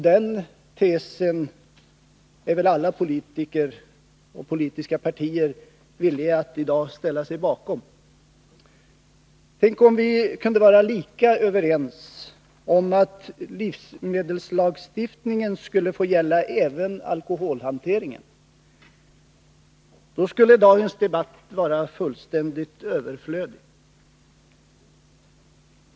Den tesen är väl alla politiker och politiska partier villiga att i dag ställa sig bakom. Tänk om vi kunde vara lika överens om att livsmedelslagstiftningen skulle få gälla även alkoholhanteringen! Då skulle dagens debatt vara fullständigt överflödig.